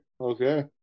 okay